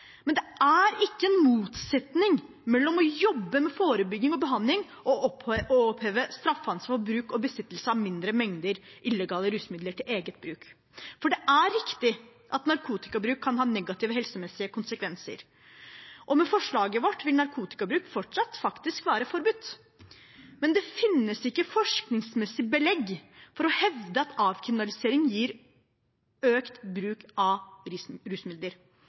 behandling og å oppheve straffeansvar, bruk og besittelse av mindre mengder illegale rusmidler til eget bruk. Det er riktig at narkotikabruk kan ha negative helsemessige konsekvenser, og med forslaget vårt vil narkotikabruk fortsatt være forbudt, men det finnes ikke forskningsmessig belegg for å hevde at avkriminalisering gir økt bruk av rusmidler. Det vi vet, er at dagens straffepolitikk faktisk ikke funker. Personer som bruker illegale rusmidler,